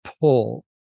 pull